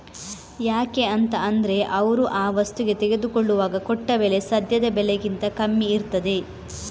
ಯಾಕೆ ಅಂತ ಅಂದ್ರೆ ಅವ್ರು ಆ ವಸ್ತುಗೆ ತೆಗೆದುಕೊಳ್ಳುವಾಗ ಕೊಟ್ಟ ಬೆಲೆ ಸದ್ಯದ ಬೆಲೆಗಿಂತ ಕಮ್ಮಿ ಇರ್ತದೆ